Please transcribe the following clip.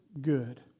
good